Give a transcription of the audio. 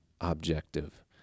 objective